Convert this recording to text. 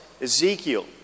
Ezekiel